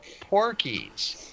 Porkies